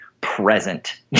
present